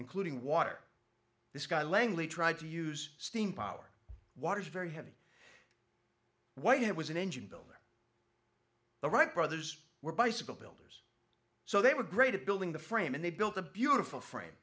including water this guy langley tried to use steam power water is very heavy why it was an engine builder the wright brothers were bicycle builders so they were great at building the frame and they built a beautiful frame